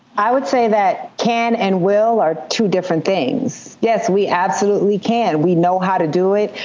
i would say that can and will are two different things. yes, we absolutely can. we know how to do it.